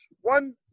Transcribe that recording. One